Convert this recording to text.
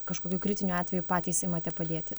kažkokiu kritiniu atveju patys imate padėti